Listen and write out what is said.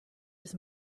his